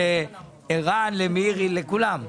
לרשות המיסים, לערן, למירי, לכולם.